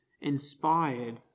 inspired